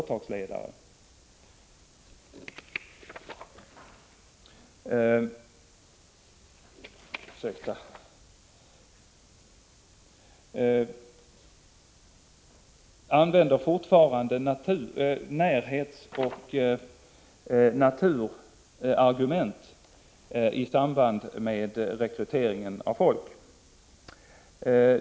1985/86:43 företagsledare använder fortfarande naturoch näratillargument i samband 4 december 1985 med rekryteringar.